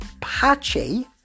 patchy